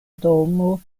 domo